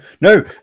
No